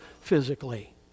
physically